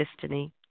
destiny